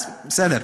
אז בסדר.